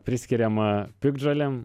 priskiriama piktžolėm